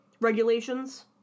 regulations